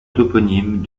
toponyme